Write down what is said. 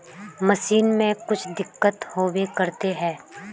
Machine में कुछ दिक्कत होबे करते है?